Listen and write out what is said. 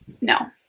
no